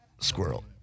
Squirrel